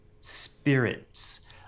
spirits